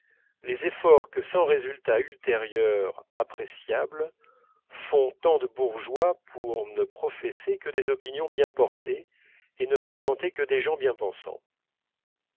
les efforts que sans résultat ultérieur appréciable font tant de bourgeois pour ne professer que des opinions bien portées et ne fréquenter que des gens bien pensants